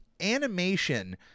animation